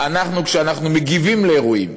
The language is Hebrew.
כשאנחנו מגיבים לאירועים,